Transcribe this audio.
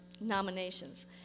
nominations